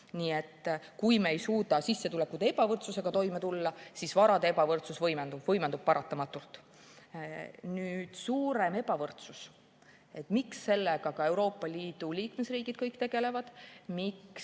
Nii et kui me ei suuda sissetulekute ebavõrdsusega toime tulla, siis varade ebavõrdsus võimendub paratamatult. Suurem ebavõrdsus – miks sellega ka kõik Euroopa Liidu liikmesriigid tegelevad? Miks